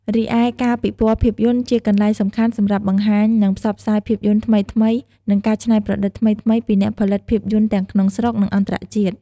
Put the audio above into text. រីឯការពិព័រណ៍ភាពយន្តជាកន្លែងសំខាន់សម្រាប់ បង្ហាញ និងផ្សព្វផ្សាយភាពយន្តថ្មីៗ និងការច្នៃប្រឌិតថ្មីៗ ពីអ្នកផលិតភាពយន្តទាំងក្នុងស្រុក និងអន្តរជាតិ។